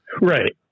Right